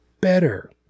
better